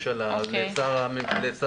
יפעת, רק הערה: איש